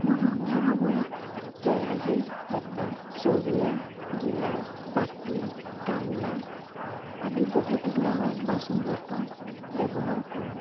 মই ৰন্ধাৰ সময়ত কেৰাহী হেতা চৰিয়া গিলাচ বাতি গামলা আদি বহুতো ধৰণৰ বাচন বৰ্তন ব্যৱহাৰ কৰোঁ